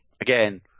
again